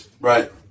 Right